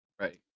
Right